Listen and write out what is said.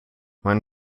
when